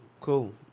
Cool